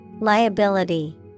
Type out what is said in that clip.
Liability